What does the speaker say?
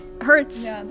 hurts